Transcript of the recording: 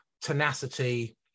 tenacity